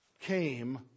came